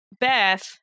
Beth